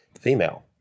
female